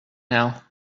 now